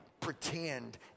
pretend